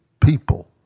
people